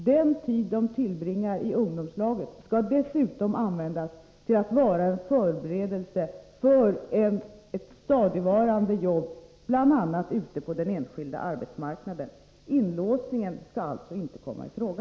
Den tid de tillbringar i ungdomslaget skall dessutom användas så, att den ger en förberedelse för ett stadigvarande jobb, bl.a. ute på den privata arbetsmarknaden. Den inlåsning som Bengt Wittbom talar om skall alltså inte komma i fråga.